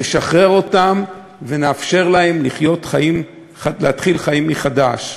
נשחרר אותם ונאפשר להם להתחיל חיים מחדש.